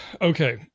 Okay